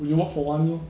you work for money lor